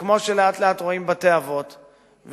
שכמו שלאט-לאט רואים בתי-אבות,